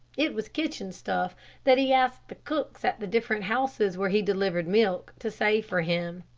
it was kitchen stuff that he asked the cooks at the different houses where he delivered milk, to save for him.